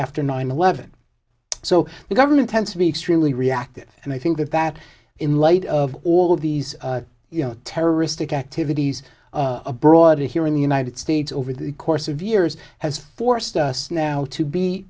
after nine eleven so the government tends to be extremely reactive and i think that that in light of all of these you know terroristic activities abroad here in the united states over the course of years has forced us now to be